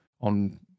On